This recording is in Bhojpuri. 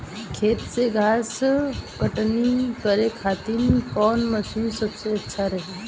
खेत से घास कटनी करे खातिर कौन मशीन सबसे अच्छा रही?